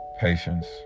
patience